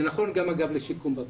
אגב, זה נכון גם לשיקום בבית.